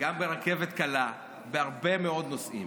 גם ברכבת הקלה, בהרבה מאוד נושאים.